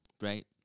right